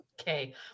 Okay